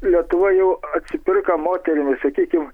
lietuva jau atsipirko moterim sakykim